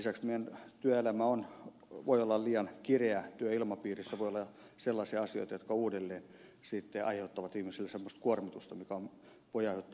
lisäksi meillä työelämä voi olla liian kireä työilmapiirissä voi olla sellaisia asioita jotka uudelleen sitten aiheuttavat ihmiselle semmoista kuormitusta pomppojalta